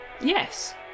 Yes